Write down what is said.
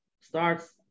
starts